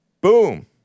boom